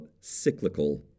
cyclical